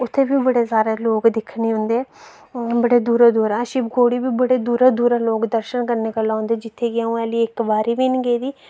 उत्थै बी बड़े सारे लोग दिक्खने गी औंदे बड़ी दूरूं दूरूं शिवखोड़ी बी बड़ी दूरूं दूरूं लोग दर्शन करने गल्ला औंदे जित्थै कि अ'ऊं हल्ली इक बारी बी निं गेदी